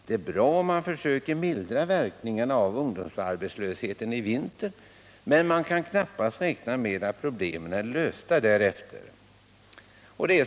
Det är bra om man försöker mildra verkningarna av ungdomsarbetslösheten i vinter. Men man kan knappast räkna med att problemen är lösta därefter.